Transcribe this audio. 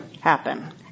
happen